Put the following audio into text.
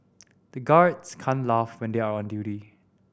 the guards can't laugh when they are on duty